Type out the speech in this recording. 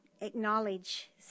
acknowledge